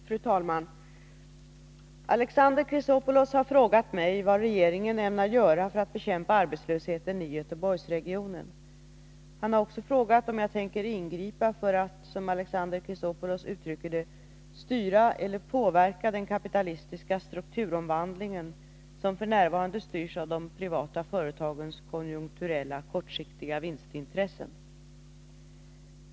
Fru talman! Alexander Chrisopoulos har frågat mig vad regeringen ämnar göra för att bekämpa arbetslösheten i Göteborgsregionen. Han har också frågat om jag tänker ingripa för att — som Alexander Chrisopoulos uttrycker det — styra eller påverka den kapitalistiska strukturomvandlingen, som f. n. styrs av de privata företagens konjunkturella kortsiktiga vinstintressen.